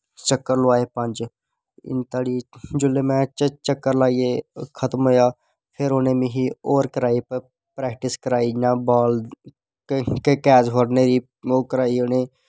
चक्कर लोआए पंज जिसले धोड़ी में चक्कर लाइयै खत्म होआ फिर उनें मिगी होर करोआई प्रैक्टिस करोआई इयां कैच फड़ने दी ओह् कराई उनें